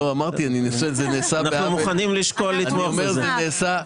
אנחנו מוכנים לשקול לתמוך בזה.